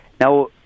Now